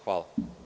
Hvala.